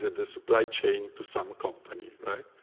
the supply chain to some company. right?